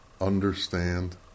understand